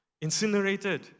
incinerated